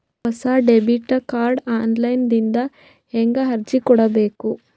ಹೊಸ debit card online ದಿಂದ ಹೇಂಗ ಅರ್ಜಿ ಕೊಡಬೇಕು?